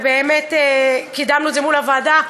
ובאמת קידמנו את זה מול הוועדה.